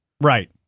Right